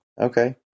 Okay